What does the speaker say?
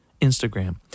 Instagram